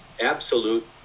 absolute